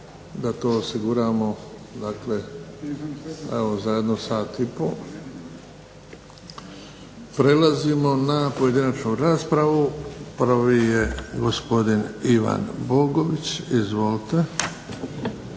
da to osiguramo dakle, evo za jedno sat i po. Prelazimo na pojedinačnu raspravu. Prvi je gospodin Ivan Bogović. Izvolite.